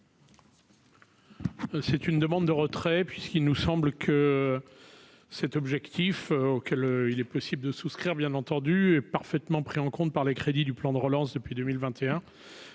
C'est une demande de retrait puisqu'il nous semble que cet objectif auquel il est possible de souscrire, bien entendu, parfaitement pris en compte par les crédits du plan de relance depuis 2021,